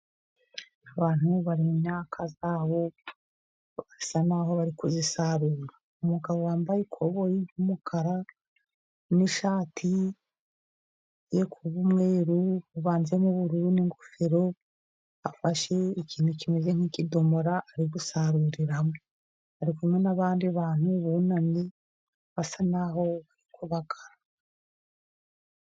Abantu bari mu myaka yabo asa naho bari kuzisarura umugabo wambaye ikobo ry'umukara n'ishati ye ku umwe uvanzemo ubururu n'ingofero afashe ikintu kimeze nk'ikidomo ari gusarurira hamwe ari n nabandi bantu bunamye basa naho kubabaka.